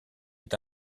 est